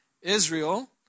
Israel